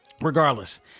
Regardless